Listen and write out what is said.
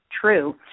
true